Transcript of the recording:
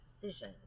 decision